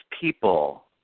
people